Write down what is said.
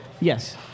Yes